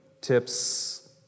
tips